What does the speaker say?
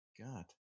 God